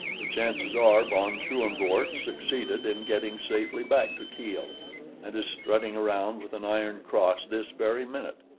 the chances are von schoenvorts succeeded in getting safely back to kiel and is strutting around with an iron cross this very minute.